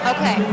Okay